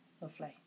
Lovely